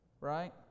right